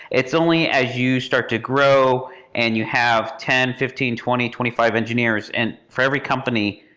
it's only as you start to grow and you have ten, fifteen, twenty, twenty five engineers. and for every company,